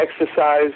exercise